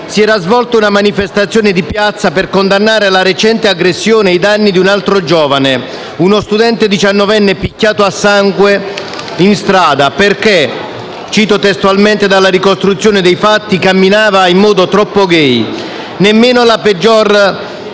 si era svolta una manifestazione di piazza per condannare la recente aggressione ai danni di un altro giovane, uno studente diciannovenne picchiato a sangue in strada perché - cito testualmente dalla ricostruzione dei fatti - camminava in modo troppo *gay*. Nemmeno la peggior